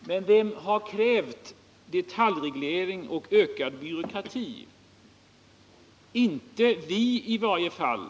Men vem har krävt detaljreglering och ökad byråkrati? Inte vi i varje fall.